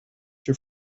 your